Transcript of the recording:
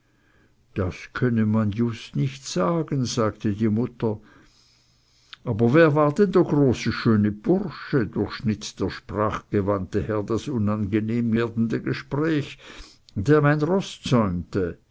das könne man just nicht sagen sagte die mutter aber wer war denn der große schöne bursche durchschnitt der sprachgewandte herr das unangenehm werdende gespräch der mein roß